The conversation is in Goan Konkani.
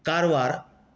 कारवार